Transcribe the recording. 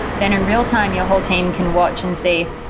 then in real time your whole team can watch and say,